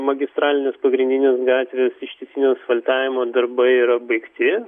magistralinius pagrindinės gatvės ištisinio asfaltavimo darbai yra baigti